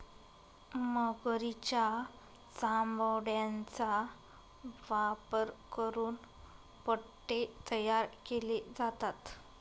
मगरीच्या चामड्याचा वापर करून पट्टे तयार केले जातात